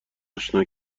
آشنا